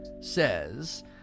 Says